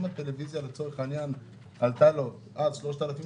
אם הטלוויזיה עלתה לו אז 3,000 שקל,